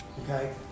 Okay